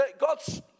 god's